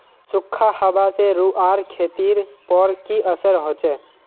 सुखखा हाबा से रूआँर खेतीर पोर की असर होचए?